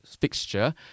fixture